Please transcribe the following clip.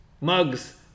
mugs